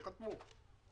ייחתמו.